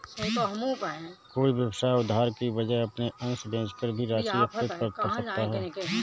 कोई व्यवसाय उधार की वजह अपने अंश बेचकर भी राशि एकत्रित कर सकता है